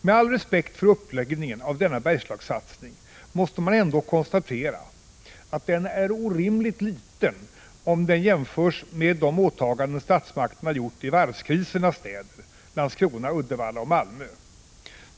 Men all respekt för uppläggningen av denna Bergslagssatsning måste man ändå konstatera att den är orimligt liten om den jämförs med de åtaganden statsmakterna gjort i varvskrisernas städer — Landskrona, Uddevalla och Malmö.